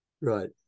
Right